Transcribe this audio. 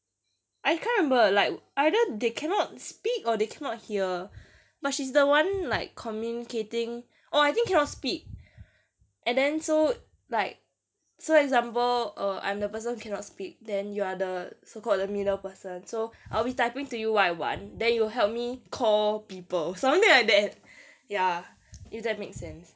I can't remember like either they cannot speak or they cannot hear but she's the one like communicating oh I think cannot speak and then so like so example err I'm the person who cannot speak then you are the so called the middle person so I'll be typing to you what I want then you will help me call people something like that ya if that makes sense